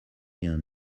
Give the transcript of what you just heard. mir